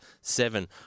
seven